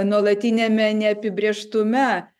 nuolatiniame neapibrėžtume